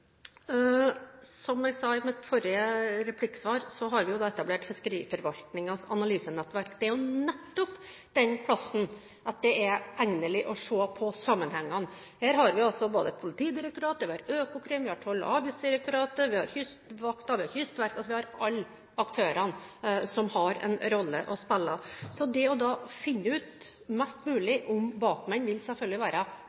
Som jeg sa i mitt forrige replikksvar, har vi etablert Fiskeriforvaltningens analysenettverk. Det er nettopp der det egner seg å se på sammenhengene. Der har vi Politidirektoratet, vi har Økokrim, vi har Toll- og avgiftsdirektoratet, vi har Kystvakten, vi har Kystverket – vi har alle aktørene som har en rolle å spille. Det å finne ut mest mulig om bakmenn vil selvfølgelig være